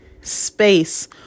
space